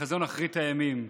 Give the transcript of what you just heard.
כחזון אחרית הימים.